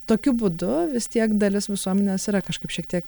tokiu būdu vis tiek dalis visuomenės yra kažkaip šiek tiek